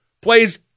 plays